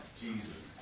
Jesus